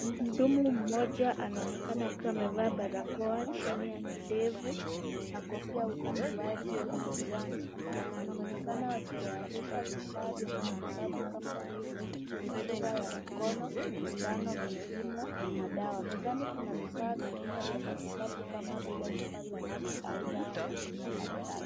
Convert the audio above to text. Mhudumu mmoja anaonekana akiwa amevaa barakoa chini ya kidevu na kofia ya upasuaji ya kijani. Anaonekana akitayarisha vifaa vya matibabu kama vile mipira ya mikono, sindano, vipimo na dawa. Mezani kuna vifaa vingine vya matibabu kama vile chupa za maji au dawa, tissue na karatasi.